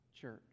church